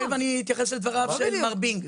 תכף אני אתייחס לדבריו של מר בינג.